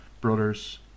brothers